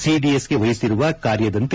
CDS ಗೆ ವಹಿಸಿರುವ ಕಾರ್ಯದಂತೆ